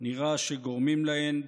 נראה שגורמים להן,